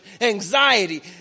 anxiety